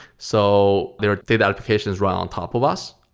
so there are data applications running on top of us.